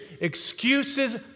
Excuses